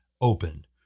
opened